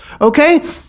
okay